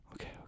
Okay